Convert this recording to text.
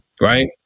Right